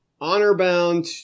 honor-bound